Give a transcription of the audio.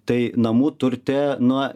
tai namų turte nuo